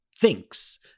thinks